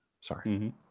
Sorry